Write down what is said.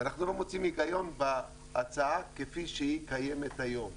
ואנחנו לא מוצאים הגיון בהצעה כפי שהיא קיימת היום.